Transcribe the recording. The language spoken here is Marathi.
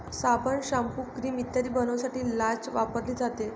साबण, शाम्पू, क्रीम इत्यादी बनवण्यासाठी लाच वापरली जाते